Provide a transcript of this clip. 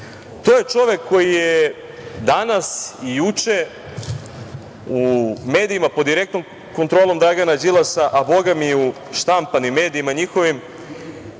je čovek koji je danas i juče u medijima pod direktnom kontrolom Dragana Đilasa, a boga mi i u štampanim medijima njihovim